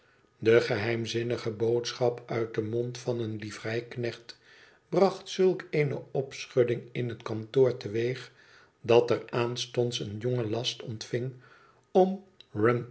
de geheimzinnige boodschap uit den mond van een livreiknecht bracht ztdk eene opschudding in het kantoor teweeg dat er aanstonds een jongen last ontving om rumty